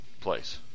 place